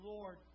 Lord